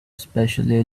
especially